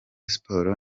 sport